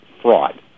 fraud